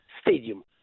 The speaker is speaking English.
Stadium